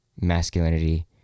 masculinity